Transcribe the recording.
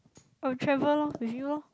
I'll travel lor with you lor